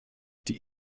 die